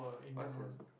what's the